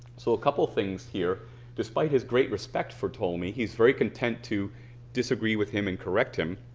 so a couple of things here despite his great respect for ptolemy he's very content to disagree with him and correct him